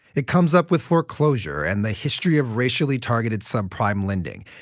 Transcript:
it comes up with foreclosure and the history of racially targeted, subprime lending.